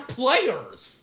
players